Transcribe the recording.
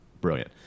brilliant